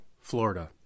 Florida